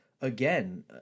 Again